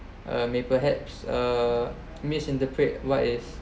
uh may perhaps uh misinterpret what is